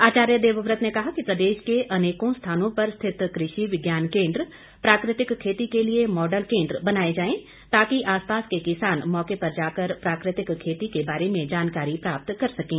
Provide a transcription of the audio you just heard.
आचार्य देवव्रत ने कहा कि प्रदेश के अनेकों स्थानों पर स्थित कृषि विज्ञान केन्द्र प्राकृतिक खेती के लिए मॉडल केन्द्र बनाए जाएं ताकि आसपास के किसान मौके पर जाकर प्राकृतिक खेती के बारे में जानकारी प्राप्त कर सकें